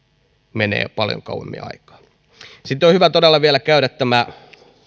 menee paljon kauemmin aikaa sitten on hyvä todella vielä käydä tämä